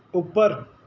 ਉੱਪਰ